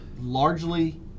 largely